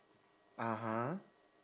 (uh huh)